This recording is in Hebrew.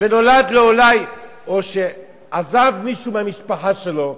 ונולד לו אולי, או שעזב מישהו מהמשפחה שלו,